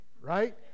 right